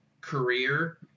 career